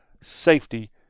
safety